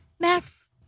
Max